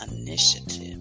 initiative